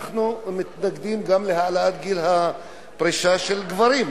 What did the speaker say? אנחנו מתנגדים גם להעלאת גיל הפרישה של גברים,